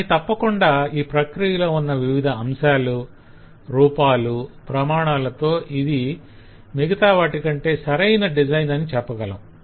కానీ తప్పకుండా ఈ ప్రక్రియలో ఉన్న వివిధ అంశాలు రూపాలు ప్రమాణాలతో ఇది మిగతా వాటికంటే సరియైన డిజైన్ design అని చెప్పగలం